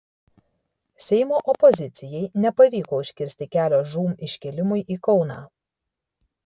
seimo opozicijai nepavyko užkirsti kelio žūm iškėlimui į kauną